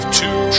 two